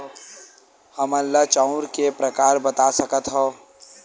हमन ला चांउर के प्रकार बता सकत हव?